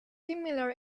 similar